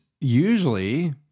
usually